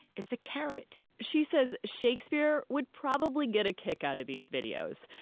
it's a carrot she says shakespeare would probably get a kick out of these videos.